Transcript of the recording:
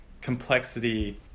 complexity